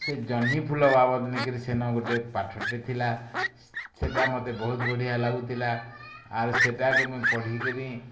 ସେ ଜହ୍ନିଫୁଲ ବାବଦ୍ ନେଇକରି ସେନ ଗୋଟେ ପାଠଟେ ଥିଲା ସେଟା ମୋତେ ବହୁତ୍ ବଢ଼ିଆ ଲାଗୁଥିଲା ଆଉ ସେଟାକେ ମୁଇଁ ପଢ଼ିକରି